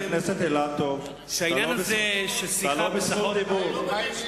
חבר הכנסת אילטוב, אין לך רשות דיבור.